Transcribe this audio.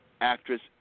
actress